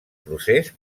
procés